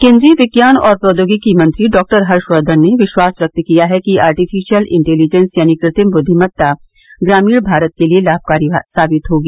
केंद्रीय विज्ञान और प्रौद्योगिकी मंत्री डॉक्टर हर्षवर्द्धन ने विश्वास व्यक्त किया है कि आर्टिफिशियल इंटेलिजेंस यानी कृत्रिम बुद्विमता ग्रामीण भारत के लिए लाभकारी साबित होगी